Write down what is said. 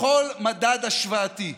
בכל מדד השוואתי,